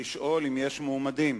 לשאול אם יש מועמדים.